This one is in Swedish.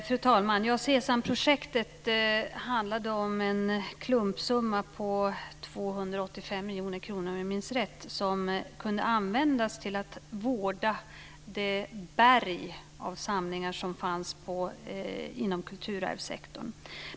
Fru talman! Sesamprojektet handlade om en klumpsumma på 285 miljoner kronor, om jag minns rätt, som kunde användas till att vårda det berg av samlingar som fanns inom kulturarvssektorn.